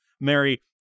Mary